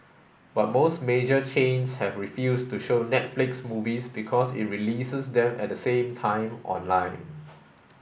but most major chains have refused to show Netflix movies because it releases them at the same time online